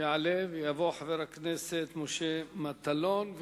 יעלה ויבוא חבר הכנסת משה מטלון,